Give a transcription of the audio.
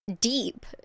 deep